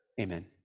amen